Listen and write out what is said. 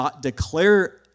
declare